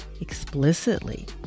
explicitly